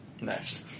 Next